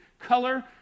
color